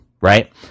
Right